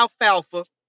alfalfa